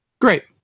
great